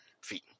feet